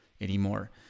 anymore